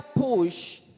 push